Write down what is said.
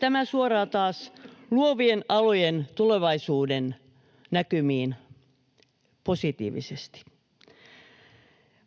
taas suoraan luovien alojen tulevaisuudennäkymiin positiivisesti.